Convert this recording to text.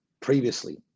previously